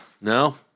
No